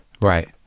Right